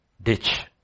Ditch